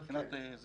אני